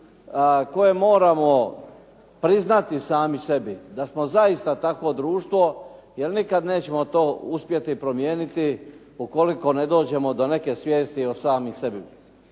koje moramo priznati sami sebi da smo zaista takvo društvo, jer nikad nećemo to uspjeti promijeniti ukoliko ne dođemo do neke svijesti o samima sebi.